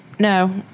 No